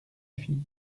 fille